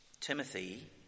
Timothy